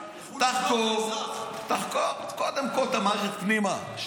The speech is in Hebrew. תחקור קודם כול את המערכת שלך פנימה.